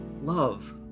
love